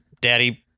daddy